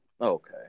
Okay